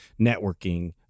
networking